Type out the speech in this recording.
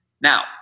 Now